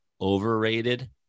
overrated